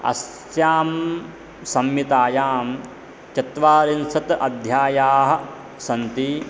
अस्यां संहितायां चत्वारिंशत् अध्यायाः सन्ति